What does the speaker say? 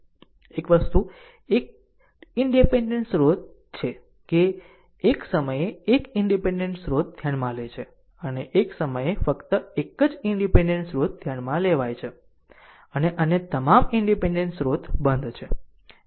એક વસ્તુ એ એક ઈનડીપેન્ડેન્ટ સ્રોત છે કે જે એક સમયે એક ઈનડીપેન્ડેન્ટ સ્ત્રોત ધ્યાનમાં લે છે અને એક સમયે ફક્ત એક જ ઈનડીપેન્ડેન્ટ સ્રોત ધ્યાનમાં લેવાય છે અને અન્ય તમામ ઈનડીપેન્ડેન્ટ સ્રોતો બંધ છે